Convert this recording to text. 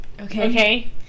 Okay